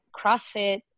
CrossFit